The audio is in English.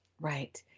Right